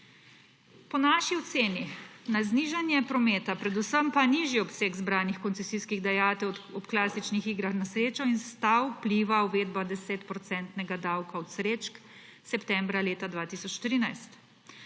Po naši oceni na znižanje prometa, predvsem pa nižji obseg zbranih koncesijskih dajatev ob klasičnih igrah na srečo in stav vpliva uvedba 10-procentnega davka od srečk septembra leta 2013.